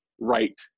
right